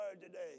today